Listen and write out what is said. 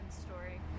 story